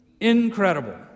Incredible